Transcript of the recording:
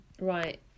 Right